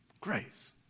Grace